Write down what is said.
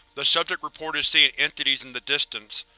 the subject reported seeing entities in the distance.